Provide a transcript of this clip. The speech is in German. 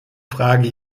frage